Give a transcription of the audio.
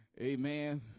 Amen